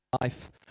life